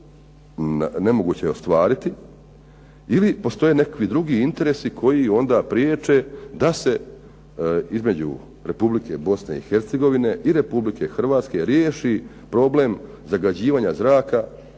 nemoguće ostvariti. Ili postoje neki drugi interesi koji onda priječe da se između Republike Bosne i Hercegovine i Republike Hrvatske riješi problem zagađivanja zraka